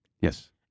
Yes